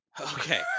Okay